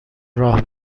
راه